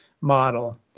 model